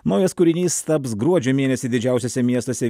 naujas kūrinys taps gruodžio mėnesį didžiausiuose miestuose